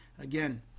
Again